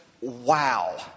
Wow